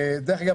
דרך אגב,